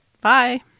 Bye